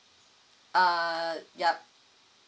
uh yup